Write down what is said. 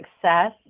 success